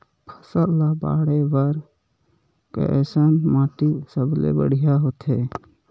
फसल ला बाढ़े बर कैसन माटी सबले बढ़िया होथे?